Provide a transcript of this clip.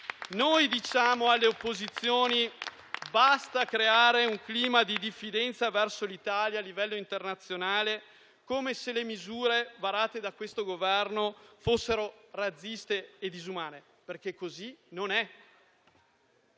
Noi diciamo alle opposizioni basta creare un clima di diffidenza verso l'Italia a livello internazionale, come se le misure varate da questo Governo fossero razziste e disumane. Così non è.